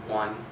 one